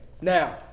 Now